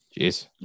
Jeez